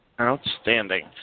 Outstanding